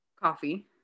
coffee